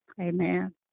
Amen